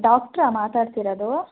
ಡೋಕ್ಟ್ರಾ ಮಾತಾಡ್ತಿರೋದೂ